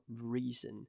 reason